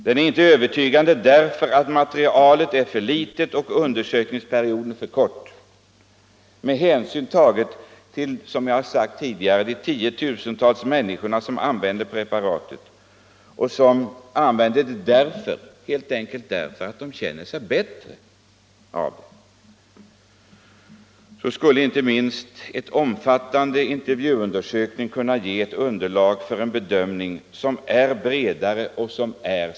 Den är inte övertygande därför att materialet är för litet och undersökningsperioden för kort med hänsyn tagen till — som jag har sagt tidigare — de tiotusentals människor som redan använder THX preparatet och som helt enkelt använder det därför att de känner sig bättre av det. Skulle då inte en omfattande intervjuundersökning kunna ge ett underlag för en bedömning som är bredare och säkrare?